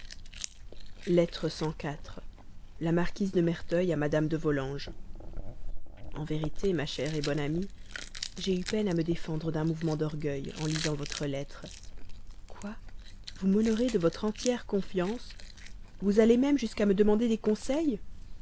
lettre la marquise de merteuil à madame de volanges en vérité ma chère bonne amie j'ai eu peine à me défendre d'un mouvement d'orgueil en lisant votre lettre quoi vous m'honorez de votre entière confiance vous allez même jusqu'à me demander des conseils